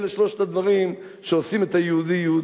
אלה שלושת הדברים שעושים את היהודי יהודי.